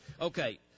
Okay